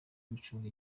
gucunga